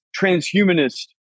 transhumanist